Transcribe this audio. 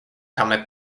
comic